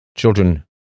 Children